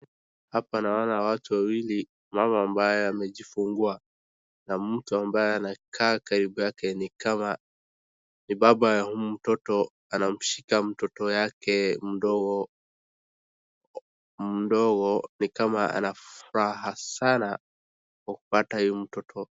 Hapa naona watu wawili, mama ambaye amejifungua na mtu ambaye amekaa karibu naye. Ni kama ni baba ya huyu mtoto, anamshika mtoto wake mdogo na ni kama ana furaha sana kwa kupata huyu mtoto.